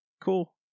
cool